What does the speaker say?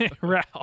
Ralph